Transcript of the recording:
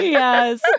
yes